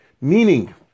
meaning